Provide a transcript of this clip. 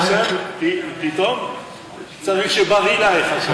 אסם, פתאום צריך שברילה יכסה את זה.